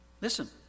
Listen